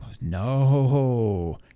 no